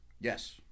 Yes